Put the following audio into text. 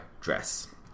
dress